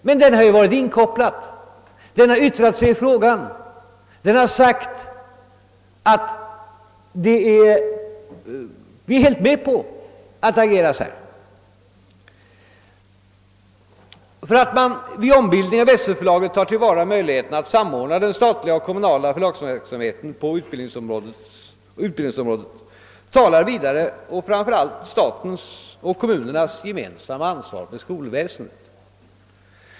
Men utredningen har varit in kopplad, och den har yttrat sig i frågan och sagt: Vi är helt med på att ni agerar på detta sätt. För att man vid ombildningen av SÖ-förlaget tar till vara möjligheten att samordna den statliga och kommunala förlagsverksamheten på utbildningsområdet talar vidare och framför allt den omständigheten att staten och kommunerna har ett gemensamt ansvar för skolväsendet.